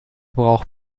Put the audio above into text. braucht